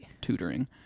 tutoring